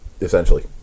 Essentially